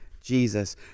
Jesus